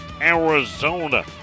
Arizona